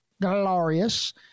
glorious